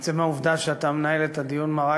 עצם העובדה שאתה מנהל את הדיון מראה